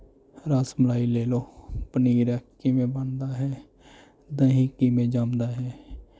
ਰਸ ਮਲਾਈ ਲੈ ਲਉ ਪਨੀਰ ਹੈ ਕਿਵੇਂ ਬਣਦਾ ਹੈ ਦਹੀਂ ਕਿਵੇਂ ਜੰਮਦਾ ਹੈ